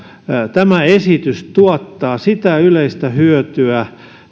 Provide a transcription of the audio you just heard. tämä esitys tuottaa yleistä hyötyä